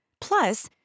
Plus